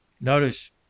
notice